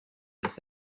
this